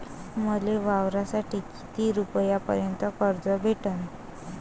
मले वावरासाठी किती रुपयापर्यंत कर्ज भेटन?